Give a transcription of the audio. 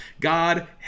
God